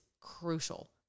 crucial